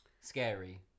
scary